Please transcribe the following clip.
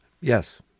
Yes